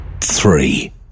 Three